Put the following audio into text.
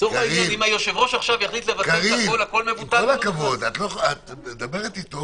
עם כל הכבוד, את מדברת איתו